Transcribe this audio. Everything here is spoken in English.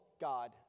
God